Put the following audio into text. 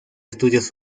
estudios